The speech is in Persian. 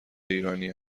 ایرانی